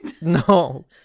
no